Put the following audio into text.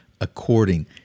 according